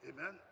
Amen